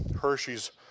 Hershey's